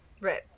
Right